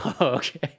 okay